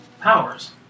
powers